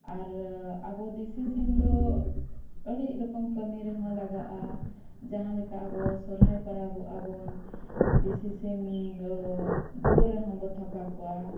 ᱟᱨ ᱟᱵᱚ ᱫᱮᱥᱤ ᱥᱤᱢ ᱫᱚ ᱟᱹᱰᱤ ᱨᱚᱠᱚᱢ ᱠᱟᱹᱢᱤ ᱨᱮᱦᱚᱸ ᱞᱟᱜᱟᱜᱼᱟ ᱡᱟᱦᱟᱸ ᱞᱮᱠᱟ ᱟᱵᱚ ᱥᱚᱦᱚᱨᱟᱭ ᱯᱟᱨᱟᱵᱚᱜ ᱟᱵᱚᱱ ᱫᱮᱥᱤ ᱥᱤᱢ ᱫᱚ ᱫᱩᱣᱟᱹᱨ ᱨᱮᱦᱚᱸ ᱵᱚᱱ ᱛᱷᱟᱯᱟ ᱠᱚᱣᱟ